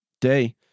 day